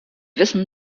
wissen